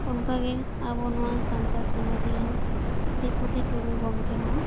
ᱚᱱᱠᱟᱜᱤ ᱟᱵᱩ ᱱᱚᱶᱟ ᱥᱟᱱᱛᱟᱲ ᱥᱚᱢᱟᱡ ᱨᱮᱱ ᱥᱨᱤᱯᱚᱛᱤ ᱴᱩᱰᱩ ᱜᱚᱢᱠᱮ ᱦᱚᱸ